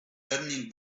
turning